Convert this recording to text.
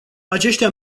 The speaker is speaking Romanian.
aceștia